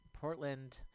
Portland